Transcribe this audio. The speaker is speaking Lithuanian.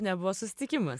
nebuvo susitikimas